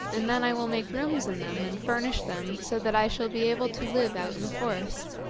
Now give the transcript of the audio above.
and then i will make rooms in them and furnish them so that i shall be able to live out in the forest